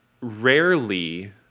rarely